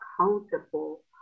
accountable